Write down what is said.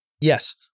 Yes